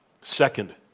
Second